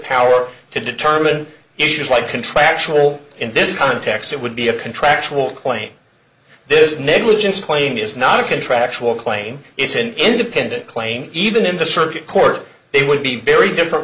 power to determine issues like contractual in this context it would be a contractual claim this negligence claim is not a contractual claim it's an independent claim even in the circuit court it would be very different